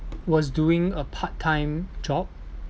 was doing a part-time job